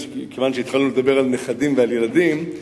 מכיוון שהתחלנו לדבר על נכדים ועל ילדים,